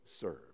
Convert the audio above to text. serve